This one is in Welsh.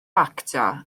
actio